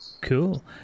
Cool